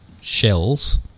shells